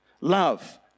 Love